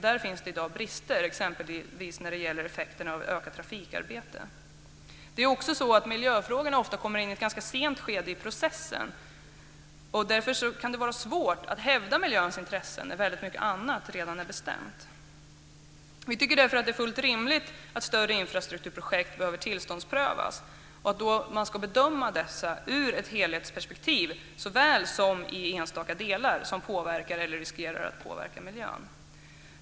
Där finns brister i dag, exempelvis när det gäller effekterna av ökat trafikarbete. Det är också så att miljöfrågorna ofta kommer in i ett ganska sent skede i processen. Därför kan det vara svårt att hävda miljöns intressen när väldigt mycket annat redan är bestämt. Vi tycker därför att det är fullt rimligt att större infrastrukturprojekt behöver tillståndsprövas. Man ska då bedöma dessa ur ett helhetsperspektiv såväl som i enstaka delar som påverkar eller riskerar att påverka miljön.